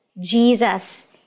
Jesus